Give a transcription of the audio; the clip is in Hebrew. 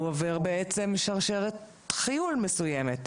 הוא עובר בעצם שרשרת חיול מסוימת.